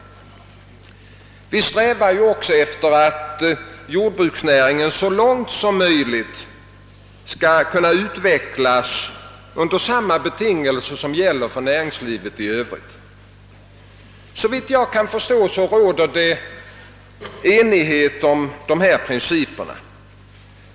Vi strävar också efter att jordbruksnäringen så långt som möjligt skall kunna utvecklas under de betingelser som gäller för näringslivet i övrigt. Såvitt jag kan förstå råder enighet om dessa principer.